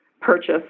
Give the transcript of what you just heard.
purchase